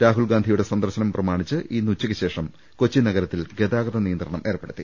രാഹുൽഗാന്ധിയുടെ സന്ദർശനം പ്രമാണിച്ച് ഇന്ന് ഉച്ചയ്ക്കുശേഷം കൊച്ചി നഗരത്തിൽ ഗതാഗത നിയന്ത്രണം ഏർപ്പെടുത്തി